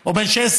או בן 16